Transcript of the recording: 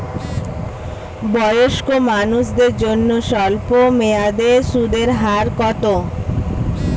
বয়স্ক মানুষদের জন্য স্বল্প মেয়াদে সুদের হার কত?